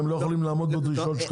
הם לא יכולים לעמוד בדרישות שלך.